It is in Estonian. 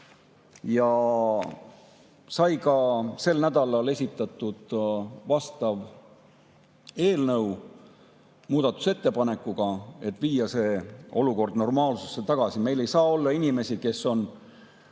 Ja sai ka sel nädalal esitatud vastav eelnõu muudatusettepanekuga viia see olukord normaalsusesse tagasi. Meil ei saa olla inimesi, kes on